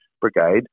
brigade